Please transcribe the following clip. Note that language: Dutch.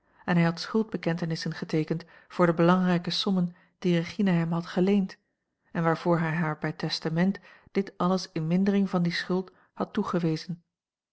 en hij had schuldbekentenissen geteekend voor de belangrijke sommen die regina hem had geleend en waarvoor hij haar bij testament dit alles in mindering van die schuld had toegewezen